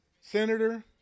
Senator